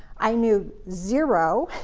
i knew zero,